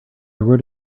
wrote